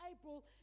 April